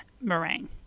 meringue